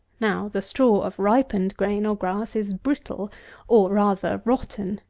now, the straw of ripened grain or grass is brittle or, rather, rotten.